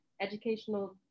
educational